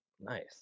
nice